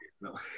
no